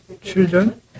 Children